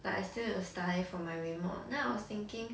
like I still have to study for my remote then I was thinking